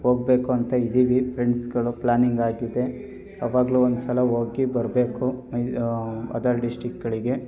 ಹೋಗ್ಬೇಕು ಅಂತ ಇದ್ದೀವಿ ಫ್ರೆಂಡ್ಸ್ಗಳು ಪ್ಲ್ಯಾನಿಂಗ್ ಆಗಿದೆ ಯಾವಾಗಲೋ ಒಂದು ಸಲ ಹೋಗಿ ಬರಬೇಕು ಅದರ್ ಡಿಸ್ಟಿಕ್ಗಳಿಗೆ